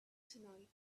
tonight